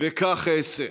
וכך אעשה.